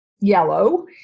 yellow